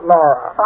Laura